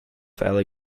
hourly